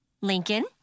Lincoln